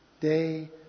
day